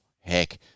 heck